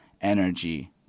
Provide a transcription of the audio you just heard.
energy